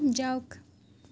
যাওক